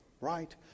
right